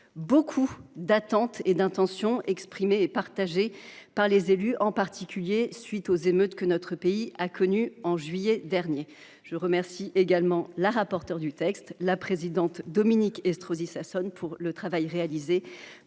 beaucoup d’attentes et d’intentions exprimées et partagées par les élus, en particulier à la suite des émeutes que notre pays a connues au mois de juillet dernier. Je remercie également la rapporteure du texte, la présidente Dominique Estrosi Sassone, pour le travail qu’elle